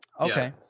okay